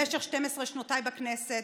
במשך 12 שנותיי בכנסת,